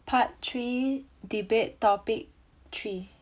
part three debate topic three